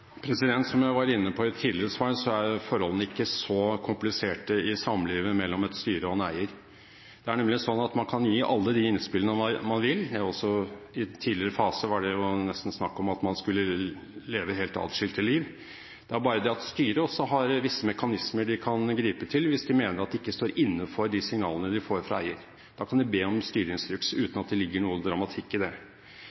kompliserte i samlivet mellom et styre og en eier. Det er nemlig sånn at man kan gi alle de innspillene man vil – i en tidligere fase var det snakk om at man skulle leve helt atskilte liv. Styret har også visse mekanismer det kan gripe til hvis det mener at det ikke står inne for de signalene det får fra eier. Da kan de be om styreinstruks, uten at det ligger noen dramatikk i det.